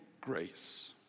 grace